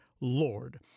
Lord